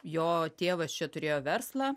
jo tėvas čia turėjo verslą